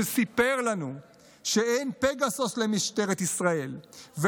שסיפר לנו שלמשטרת ישראל אין פגסוס,